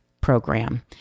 program